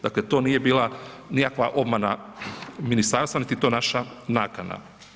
Dakle, to nije bila nikakva obmana ministarstva niti je to naša nakana.